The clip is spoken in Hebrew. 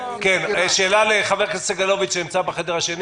יש שאלה לחבר הכנסת סגלוביץ' שנמצא בחדר השני